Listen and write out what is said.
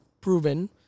proven